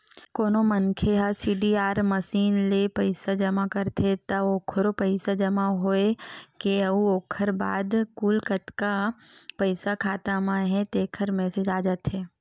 कोनो मनखे ह सीडीआर मसीन ले पइसा जमा करथे त ओखरो पइसा जमा होए के अउ ओखर बाद कुल कतका पइसा खाता म हे तेखर मेसेज आ जाथे